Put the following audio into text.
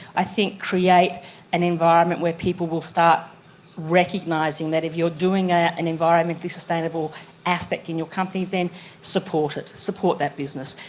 i think create an environment where people will start recognising that if you are doing ah an environmentally sustainable aspect in your company, then support it, support that business.